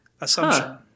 Assumption